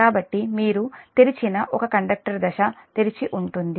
కాబట్టి మీరు తెరిచిన ఒక కండక్టర్ దశ తెరిచి ఉంటుంది